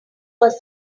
was